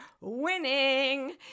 winning